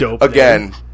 again